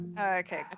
okay